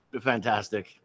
fantastic